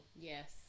yes